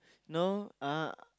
know uh